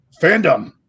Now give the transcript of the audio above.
Fandom